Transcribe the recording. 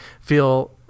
feel